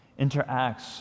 interacts